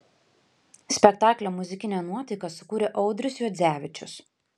spektaklio muzikinę nuotaiką sukūrė audrius juodzevičius